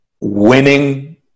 winning